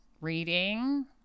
reading